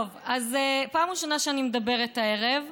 טוב, פעם ראשונה שאני מדברת הערב,